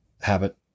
habit